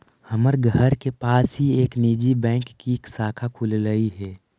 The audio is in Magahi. हमर घर के पास ही एक निजी बैंक की शाखा खुललई हे